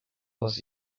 was